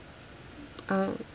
um